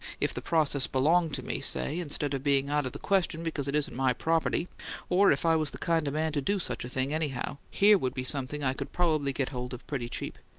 if the process belonged to me, say, instead of being out of the question because it isn't my property or if i was the kind of man to do such a thing anyhow, here would be something i could probably get hold of pretty cheap.